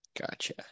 Gotcha